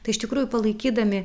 tai iš tikrųjų palaikydami